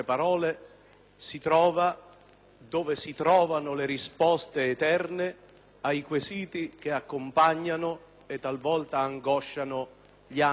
dove si trovano le risposte eterne ai quesiti che accompagnano e talvolta angosciano gli anni della nostra vita terrena.